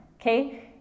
Okay